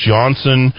Johnson